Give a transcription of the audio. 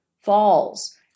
falls